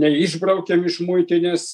neišbraukėm iš muitinės